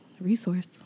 resource